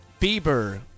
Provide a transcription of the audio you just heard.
Bieber